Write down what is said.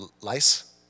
lice